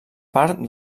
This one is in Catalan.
part